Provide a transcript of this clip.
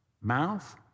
mouth